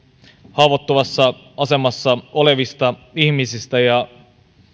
haavoittuvassa asemassa olevista ihmisistä ja